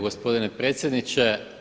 Gospodine predsjedniče.